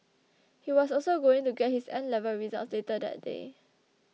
he was also going to get his 'N' level results later that day